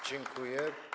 Dziękuję.